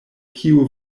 kiu